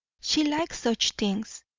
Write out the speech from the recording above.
she likes such things,